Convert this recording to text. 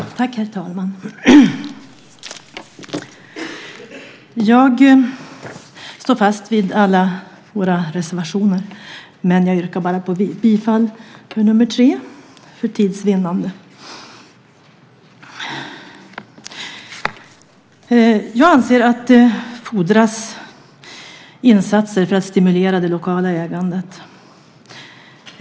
Herr talman! Jag står fast vid alla våra reservationer, men jag yrkar för tids vinnande bara bifall till nr 3. Jag anser att det fordras insatser för att stimulera det lokala ägandet.